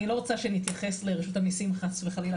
אני לא רוצה שנתייחס לרשות המיסים חס וחלילה